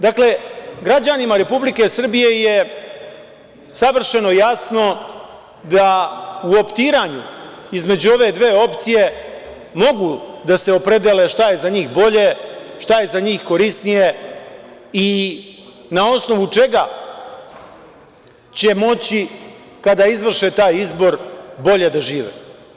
Dakle, građanima Republike Srbije je savršeno jasno da u optiranju između ove dve opcije mogu da se opredele šta je za njih bolje, šta je za njih korisnije i na osnovu čega će moći kada izvrše taj izbor bolje da žive.